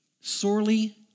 sorely